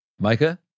Micah